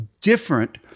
different